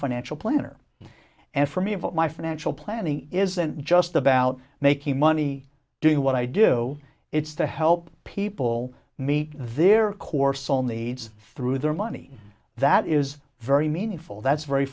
financial planner and for me of my financial planning isn't just about making money doing what i do it's to help people meet their core soul needs through their money that is very meaningful that's very